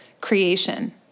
creation